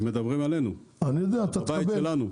כי מדברים עלינו, על הבית שלנו.